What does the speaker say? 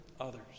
others